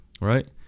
Right